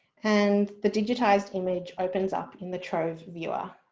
and the digitized image opens up in the trove viewer.